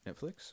Netflix